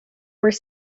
were